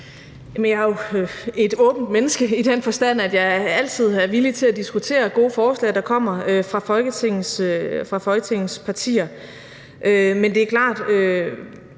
Jeg er jo et åbent menneske i den forstand, at jeg altid er villig til at diskutere gode forslag, der kommer fra Folketingets partier. Men det er jo klart,